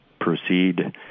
proceed